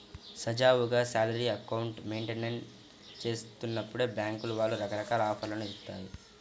సజావుగా salary account maintain చేస్తున్నప్పుడు బ్యేంకుల వాళ్ళు రకరకాల ఆఫర్లను ఇత్తాయి